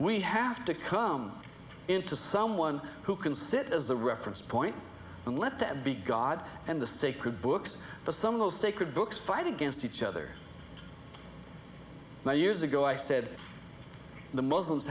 we have to come into someone who can sit as the reference point and let that be god and the sacred books but some of those sacred books fight against each other now years ago i said the muslims